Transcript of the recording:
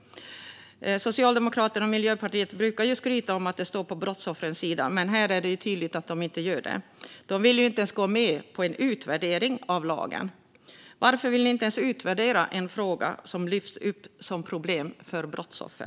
Socialdemokraterna och Miljöpartiet brukar ju skryta om att de står på brottsoffrens sida, men här är det tydligt att de inte gör det. De vill inte ens gå med på en utvärdering av lagen. Varför vill ni inte ens utvärdera en fråga som lyfts upp som ett problem för brottsoffer?